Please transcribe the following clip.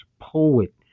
poet